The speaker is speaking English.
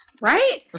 Right